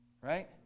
right